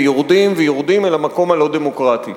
ויורדים, ויורדים, אל המקום הלא-דמוקרטי.